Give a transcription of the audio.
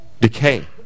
decay